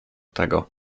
tego